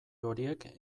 horiek